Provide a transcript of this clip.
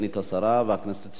והכנסת תסתפק בכך,